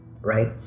right